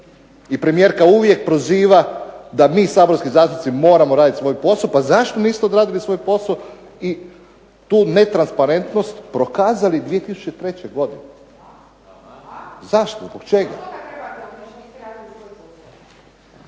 i premijerka uvijek proziva da mi saborski zastupnici moramo raditi svoj posao. Pa zašto niste odradili svoj posao i tu netransparentnost prokazali 2003. godine. Zašto? Zbog čega?